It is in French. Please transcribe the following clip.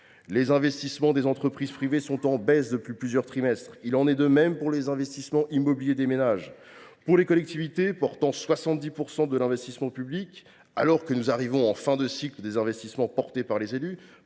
Les investissements des entreprises privées sont pourtant déjà en baisse depuis plusieurs trimestres et il en va de même des investissements immobiliers des ménages. Les collectivités portent 70 % de l’investissement public et nous arrivons en fin de cycle des investissements engagés par les élus,